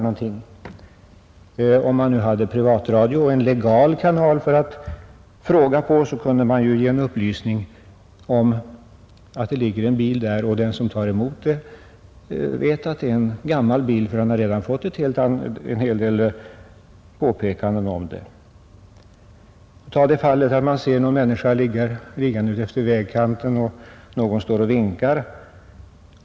Hade man haft privatradio— och en legal kanal att fråga på — kunde man ha givit en upplysning om att det ligger en bil vid sidan av vägen, och den som tar emot meddelandet kunde i så fall avgöra om det är en bil som legat där länge, på basis av tidigare påpekanden om saken. Eller ta det fallet att man ser en människa liggande vid vägkanten och någon står och vinkar.